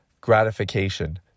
gratification